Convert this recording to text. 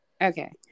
Okay